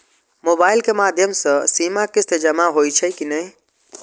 Mobile के माध्यम से सीमा किस्त जमा होई छै कि नहिं?